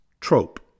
trope